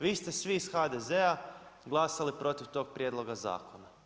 Vi ste svi iz HDZ-a glasali protiv tog prijedloga zakona.